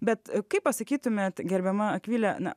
bet kaip pasakytumėt gerbiama akvile na